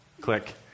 click